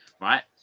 right